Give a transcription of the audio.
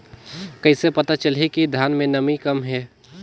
कइसे पता चलही कि धान मे नमी कम हे?